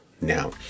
now